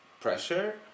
pressure